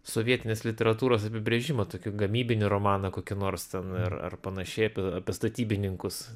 sovietinės literatūros apibrėžimą tokį gamybinį romaną kokį nors ten ar ar panašiai apie apie statybininkus